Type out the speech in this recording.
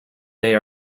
they